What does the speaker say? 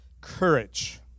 courage